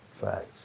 Facts